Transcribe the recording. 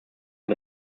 den